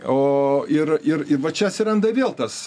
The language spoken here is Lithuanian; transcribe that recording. o ir ir ir va čia atsiranda vėl tas